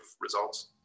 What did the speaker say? results